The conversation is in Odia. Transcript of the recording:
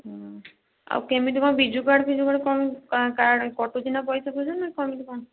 ହୁଁ ଆଉ କେମିତି କଣ ବିଜୁ କାର୍ଡ଼ ଫିଜୁ କାର୍ଡ଼ କଣ କଟୁଛିନା ପଇସା ଫଇସା ନା କେମିତି କ'ଣ